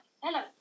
hello